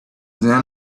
then